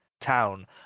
town